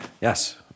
Yes